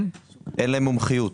אין להם מומחיות.